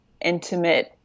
intimate